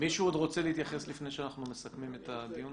מישהו עוד רוצה להתייחס לפני שאנחנו מסכמים את הדיון?